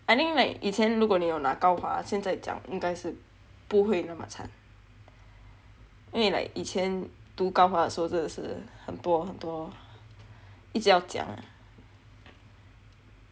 I think like 以前如果你有拿高华现在讲应该是不会那么惨因为 like 以前读高华的时候真的是很多很多一直要讲